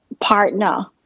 partner